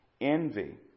envy